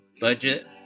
budget